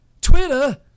Twitter